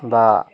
বা